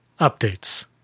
Updates